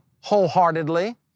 wholeheartedly